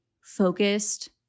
focused